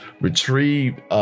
retrieved